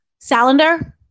Salander